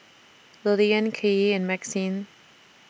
Lilian Kylee and Maxine